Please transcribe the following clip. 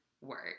work